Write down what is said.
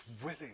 willing